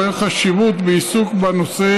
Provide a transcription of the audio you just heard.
רואה חשיבות בעיסוק בנושא